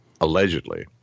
allegedly